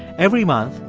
every month,